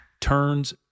turns